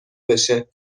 بشه